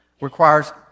requires